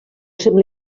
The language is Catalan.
sembla